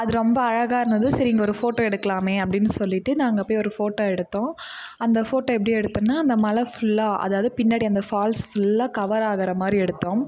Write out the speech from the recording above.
அது ரொம்ப அழகாக இருந்தது சரி இங்கே ஒரு ஃபோட்டோ எடுக்கலாமே அப்படின்னு சொல்லிட்டு நாங்கள் போய் ஒரு ஃபோட்டோ எடுத்தோம் அந்த ஃபோட்டோ எப்படி எடுத்தோன்னால் அந்த மலை ஃபுல்லாக அதாவது பின்னாடி அந்த ஃபால்ஸ் ஃபுல்லாக கவர் ஆகிற மாதிரி எடுத்தோம்